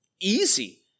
easy